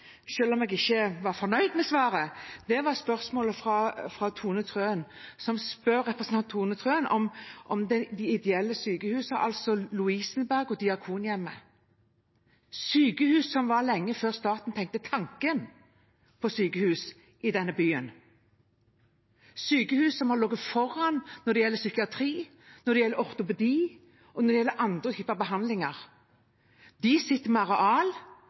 om jeg ikke var fornøyd med svaret. Det var svaret på spørsmålet fra representanten Tone Wilhelmsen Trøen, som spurte om de ideelle sykehusene, altså Lovisenberg og Diakonhjemmet. Det er sykehus som var til lenge før staten tenkte tanken på sykehus i denne byen. Det er sykehus som har ligget foran når det gjelder psykiatri, når det gjelder ortopedi, og når det gjelder andre typer behandlinger. De sitter